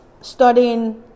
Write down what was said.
studying